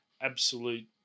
absolute